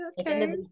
Okay